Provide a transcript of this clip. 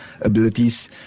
abilities